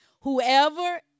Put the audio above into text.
Whoever